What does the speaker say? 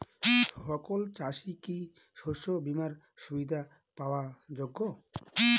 সকল চাষি কি শস্য বিমার সুবিধা পাওয়ার যোগ্য?